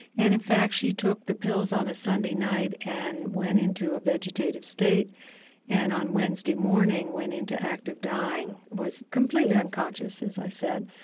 and, in fact, she took the pills on a sunday night and went into a vegetative state and on wednesday morning went into active dying, was completely unconscious, as i said.